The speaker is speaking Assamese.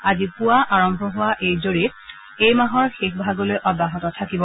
আজি পুৱা আৰম্ভ হোৱা এই জৰীপ এই মাহৰ শেষ ভাগলৈ অব্যাহত থাকিব